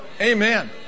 Amen